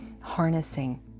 harnessing